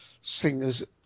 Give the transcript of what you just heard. singers